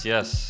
Yes